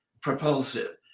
propulsive